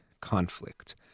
conflict